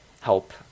help